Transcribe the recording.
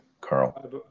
Carl